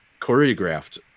choreographed